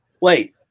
Wait